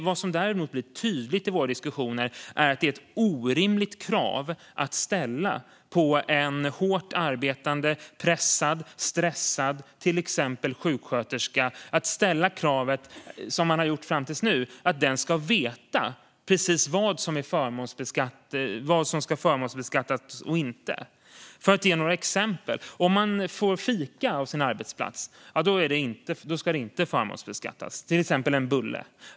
Vad som däremot blir tydligt i våra diskussioner är att det är orimligt att, som man gjort fram till nu, ställa krav på en hårt arbetande, pressad och stressad till exempel sjuksköterska att den ska veta precis vad som ska förmånsbeskattas och inte. Jag ska ge några exempel. Om man får fika, till exempel en bulle, på sin arbetsplats ska det inte förmånsbeskattas.